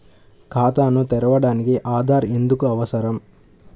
ఖాతాను తెరవడానికి ఆధార్ ఎందుకు అవసరం?